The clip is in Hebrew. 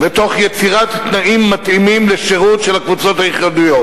בתוך יצירת תנאים מתאימים לשירות של הקבוצות הייחודיות.